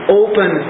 open